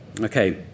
Okay